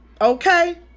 Okay